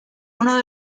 uno